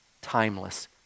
timeless